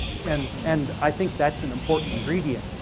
and and i think that's an important ingredient,